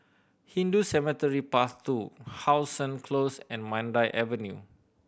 Hindu Cemetery Path Two How Sun Close and Mandai Avenue